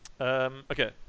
Okay